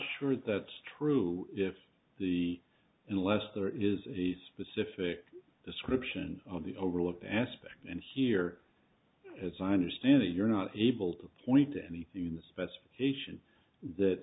sure that's true if the unless there is a specific description of the overlooked aspect and here as i understand it you're not able to point to anything in the specification that